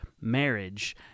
marriage